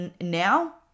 now